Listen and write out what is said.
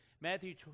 Matthew